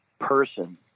person